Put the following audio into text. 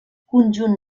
conjunt